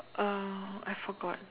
uh I forgot